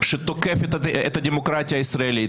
שתוקפת את הדמוקרטיה הישראלית,